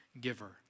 giver